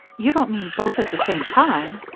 you don't mean both at the same time!